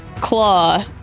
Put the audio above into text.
claw